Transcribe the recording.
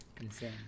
insane